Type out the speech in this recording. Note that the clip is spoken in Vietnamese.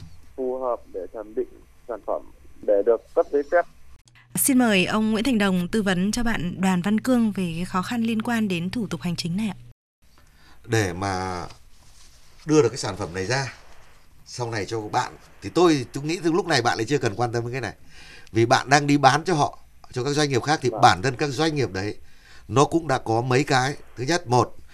phù hợp để thẩm định sản phẩm để được cấp giấy phép. Xin mời ông Nguyễn Thành Đồng tư vấn cho bạn Đoàn Văn Cương về cái khó khăn liên quan đến thủ tục hành chính này ạ. Để mà đưa được cái sản phẩm này ra, sau này cho bạn, thì tôi- tôi nghĩ từ lúc này bạn lại chưa cần quan tâm đến cái này. Vì bạn đang đi bán cho họ, cho các doanh nghiệp khác thì Vâng. bản thân các doanh nghiệp đấy, nó cũng đã có mấy cái. Thứ nhất, một,